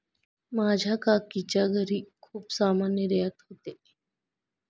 माझ्या काकीच्या घरी खूप सामान निर्यात होते